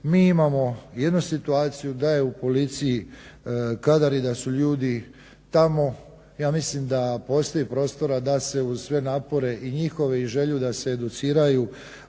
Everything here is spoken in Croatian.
Mi imamo jednu situaciju da je u policiji kadar da su ljudi tamo. Ja mislim da postoji prostora da se uz sve napore i njihove i želju da se educiraju,